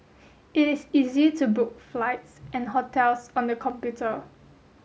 it is easy to book flights and hotels on the computer